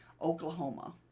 Oklahoma